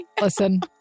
Listen